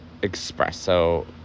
Espresso